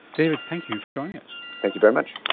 david, thank you for joining us. thank you very much.